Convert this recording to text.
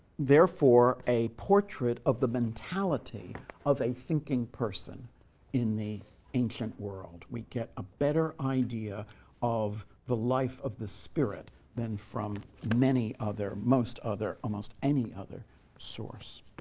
therefore, a portrait of the mentality of a thinking person in the ancient world. we get a better idea of the life of the spirit than from many other, most other, almost any other source.